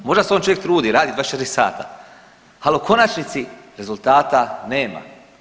Možda se on čovjek trudi, radi 24 sata, ali u konačnici rezultata nema.